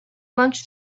lunch